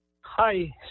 Hi